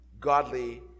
godly